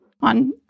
on